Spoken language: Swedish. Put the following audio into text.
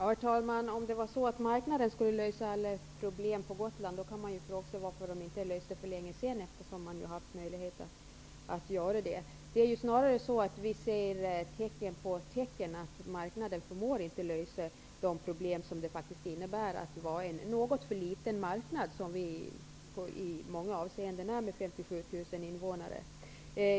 Herr talman! Om det vore så att marknaden skulle lösa alla problem på Gotland kan man fråga sig varför den inte gjorde det för längesedan. Man har ju haft möjlighet att låta den göra det. Vi ser snarare det ena tecknet efter det andra på att marknaden inte förmår lösa de problem som det faktiskt innebär att vara en något för liten marknad. Med 57 000 invånare är Gotland i många avseenden det.